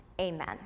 amen